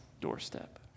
doorstep